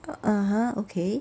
(uh huh) okay